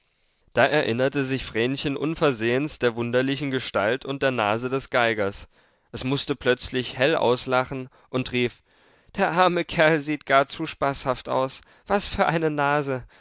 da erinnerte sich vrenchen unversehens der wunderlichen gestalt und der nase des geigers es mußte plötzlich hell auslachen und rief der arme kerl sieht gar zu spaßhaft aus was für eine nase